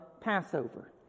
Passover